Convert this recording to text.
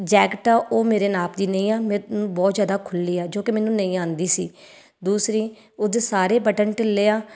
jacket ਉਹ ਮੇਰੇ ਨਾਪ ਦੀ ਨਹੀਂ ਆ ਮੈਨੂੰ ਬਹੁਤ ਜ਼ਿਆਦਾ ਖੁੱਲ੍ਹੀ ਆ ਜੋ ਕਿ ਮੈਨੂੰ ਨਹੀਂ ਆਉਂਦੀ ਸੀ ਦੂਸਰੀ ਉਹਦੇ ਸਾਰੇ ਬਟਨ ਢਿੱਲੇ ਆ